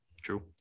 true